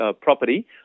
property